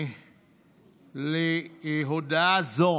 להודעה זו